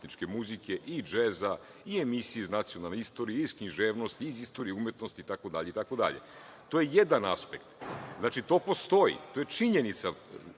i džeza i emisije iz nacionalne istorije i iz književnosti i iz istorije umetnosti itd. itd. To je jedan aspekt. Znači, to postoji. To je činjenica.